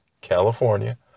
California